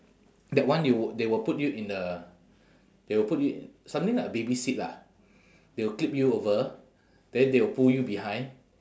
that one you w~ they will put you in a they will put you something like a baby seat lah they will clip you over then they will pull you behind